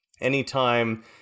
Anytime